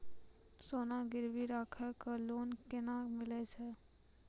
सोना गिरवी राखी कऽ लोन केना मिलै छै?